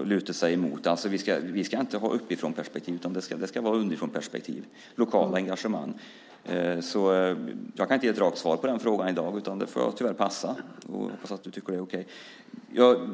att luta sig mot. Vi ska inte ha något uppifrånperspektiv, utan det ska vara underifrånperspektiv och lokalt engagemang. Jag kan inte ge ett rakt svar på frågan i dag, utan det får jag tyvärr passa. Hoppas att du tycker att det är okej.